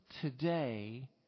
today